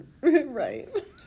Right